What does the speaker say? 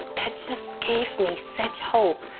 that just gave me such hope.